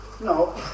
No